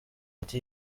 ati